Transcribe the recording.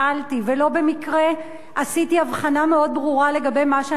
ולא במקרה עשיתי הבחנה מאוד ברורה לגבי מה שאני שואלת.